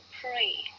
pray